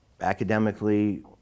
academically